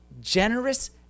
generous